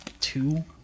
two